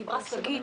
דיברה שגית,